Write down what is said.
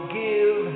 give